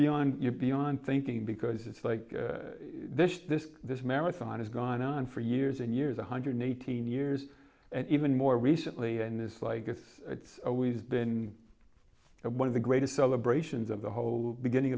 beyond beyond thinking because it's like this this marathon has gone on for years and years one hundred eighteen years and even more recently and this like this it's always been one of the greatest celebrations of the whole beginning